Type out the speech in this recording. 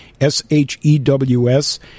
s-h-e-w-s